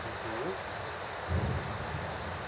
mmhmm